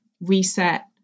reset